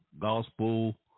gospel